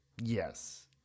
Yes